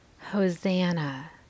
Hosanna